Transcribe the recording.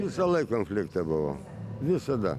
visą laiką konfliktavau visada